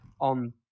on